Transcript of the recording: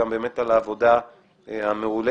גם על העבודה המאולצת,